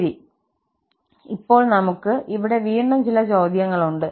ശരി ഇപ്പോൾ നമുക്ക് ഇവിടെ വീണ്ടും ചില ചോദ്യങ്ങളുണ്ട്